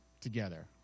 together